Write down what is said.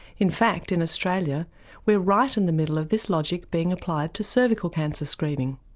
in fact in australia we're right in the middle of this logic being applied to cervical cancer screening.